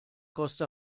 costa